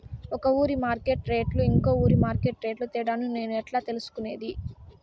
ఒక ఊరి మార్కెట్ రేట్లు ఇంకో ఊరి మార్కెట్ రేట్లు తేడాను నేను ఎట్లా తెలుసుకునేది?